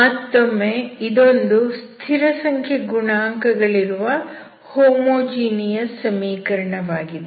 ಮತ್ತೊಮ್ಮೆ ಇದೊಂದು ಸ್ಥಿರಸಂಖ್ಯೆ ಗುಣಾಂಕ ಗಳಿರುವ ಹೋಮೋಜಿನಿಯಸ್ ಸಮೀಕರಣ ವಾಗಿದೆ